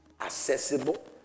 accessible